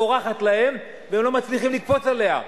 בורחת להם והם לא מצליחים לקפוץ עליה.